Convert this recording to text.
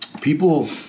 people